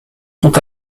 font